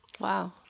Wow